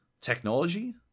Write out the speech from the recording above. technology